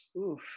Oof